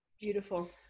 Beautiful